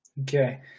Okay